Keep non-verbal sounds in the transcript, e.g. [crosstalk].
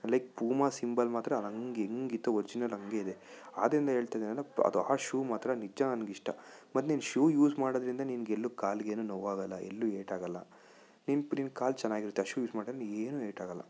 like Puma symbol ಮಾತ್ರ ಹೆಂಗೆ ಹೆಂಗ ಇತ್ತೂ ಒರ್ಜಿನಲ್ ಹಂಗೇ ಇದೆ ಆದ್ದರಿಂದ ಹೇಳ್ತೀನಿ ನಾನು ಅದು ಆ ಶೂ ಮಾತ್ರ ನಿಜ ನನ್ಗೆ ಇಷ್ಟ ಮತ್ತೆ ನೀನು ಶೂ ಯೂಸ್ ಮಾಡೋದ್ರಿಂದ ನಿಮ್ಗೆ ಎಲ್ಲೂ ಕಾಲಿಗೇನೂ ನೋವಾಗೋಲ್ಲ ಎಲ್ಲೂ ಏಟಾಗೋಲ್ಲ ನಿನ್ನ [unintelligible] ನಿನ್ನ ಕಾಲು ಚೆನ್ನಾಗಿರುತ್ತೆ ಆ ಶೂ ಯೂಸ್ ಮಾಡ್ರೆ ನಿನ್ಗೆ ಎಲ್ಲೂ ಏಟಾಗೋಲ್ಲ